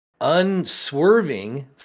unswerving